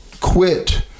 quit